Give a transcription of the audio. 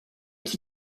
qui